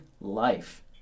Life